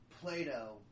Plato